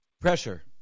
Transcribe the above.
Pressure